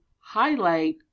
highlight